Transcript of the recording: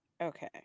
Okay